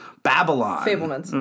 Babylon